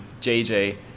JJ